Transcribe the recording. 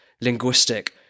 linguistic